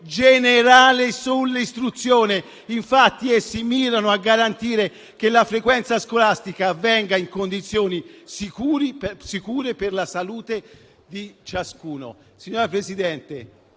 generali sull'istruzione, infatti esse mirano a garantire che la frequenza scolastica avvenga in condizioni sicure per la salute di ciascuno. Signor Presidente,